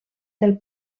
del